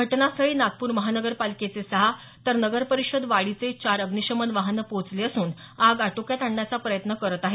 घटनास्थळी नागपूर महानगरपालिकेचे सहा तर नगर परिषद वाडीचे चार अग्निशमन वाहनं पोहोचले असून आग आटोक्यात आणण्याचा प्रयत्न करत आहेत